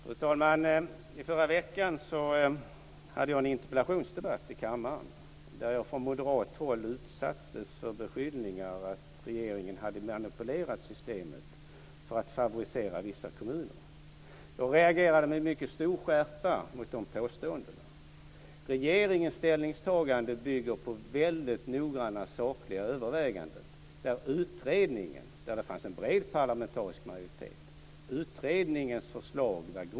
Fru talman! I förra veckan hade jag en interpellationsdebatt i kammaren där jag från moderat håll utsattes för beskyllningar om att regeringen hade manipulerat systemet för att favorisera vissa kommuner. Jag reagerade med mycket stor skärpa mot dessa påståenden. Regeringens ställningstagande bygger på väldigt noggranna sakliga överväganden där utredningens förslag var grunden, och det fanns en bred parlamentarisk majoritet i utredningen.